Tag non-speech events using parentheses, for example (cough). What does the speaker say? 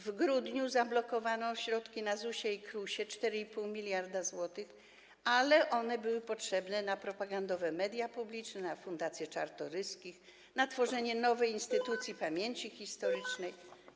W grudniu zablokowano środki na ZUS i KRUS - 4,5 mld zł - ale one były potrzebne na propagandowe media publiczne, na fundację Czartoryskich, na tworzenie nowej instytucji (noise) pamięci historycznej.